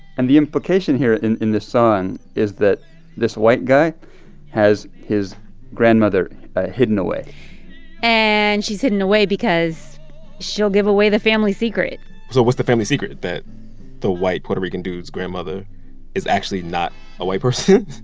and the implication here in in this song is that this white guy has his grandmother ah hidden away and she's hidden away because she'll give away the family secret so what's the family secret, that the white puerto rican dude's grandmother is actually not a white person?